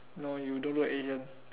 no you don't look Asian